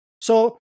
So-